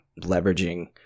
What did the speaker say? leveraging